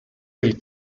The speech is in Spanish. del